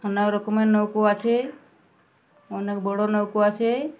অনেক রকমের নৌকা আছে অনেক বড়ো নৌকা আছে